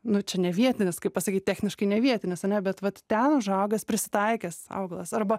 nu čia ne vietinis kaip pasakyt techniškai ne vietinis ane bet vat ten užaugęs prisitaikęs augalas arba